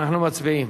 אנחנו מצביעים.